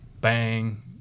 bang